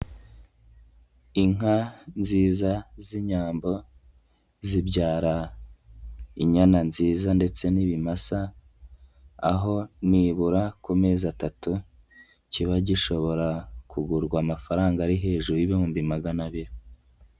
Inka nziza z'inyambo zibyara inyana nziza ndetse n'ibimasa aho nibura ku mezi atatu kiba gishobora kugurwa amafaranga ari hejuru y'ibihumbi magana abiri.